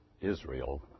Israel